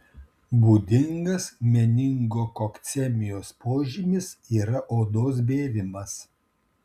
būdingas meningokokcemijos požymis yra odos bėrimas